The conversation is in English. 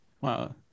wow